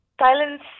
Silence